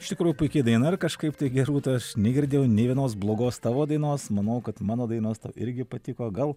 iš tikrųjų puiki daina ar kažkaip tai gerūta aš negirdėjau nė vienos blogos tavo dainos manau kad mano dainos tau irgi patiko gal